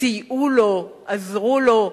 סייעו לו, עזרו לו,